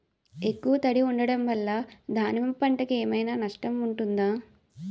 ఎక్కువ తడి ఉండడం వల్ల దానిమ్మ పంట కి నష్టం ఏమైనా ఉంటుందా?